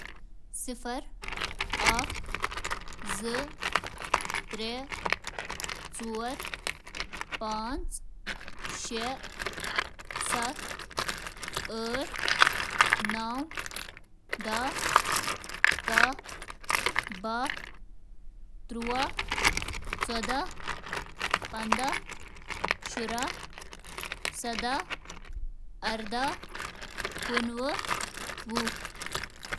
ہتھ ، نام نمت ، احر نمت ، ست نمت ، شونمت ، پاسنمت ، پاسنمت ، سونمت ، ترونمت ، دھونمت ، اخنمت ، نا.ایم ایچ ٹی